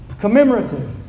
commemorative